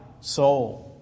soul